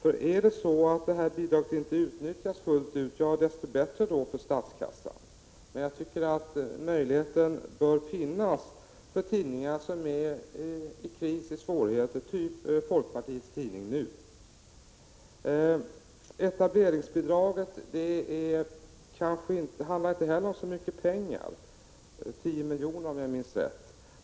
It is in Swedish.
Om det är så att detta bidrag inte utnyttjas fullt ut — ja, desto bättre då för statskassan. Men jag tycker att möjligheten bör finnas för tidningar som befinner sig i svårigheter, typ folkpartiets tidning NU. Etableringsbidraget gäller inte heller så mycket pengar — 10 milj.kr. om jag minns rätt.